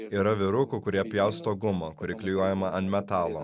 yra vyrukų kurie pjausto gumą kuri klijuojama ant metalo